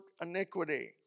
iniquity